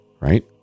Right